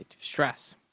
stress